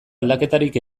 aldaketarik